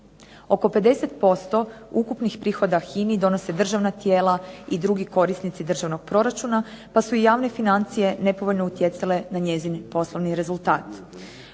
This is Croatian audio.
Oko 50% ukupnih prihoda HINA-i donose državna tijela i drugi korisnici državnog proračuna, pa su javne financije nepovoljno utjecale na njezin poslovni rezultat.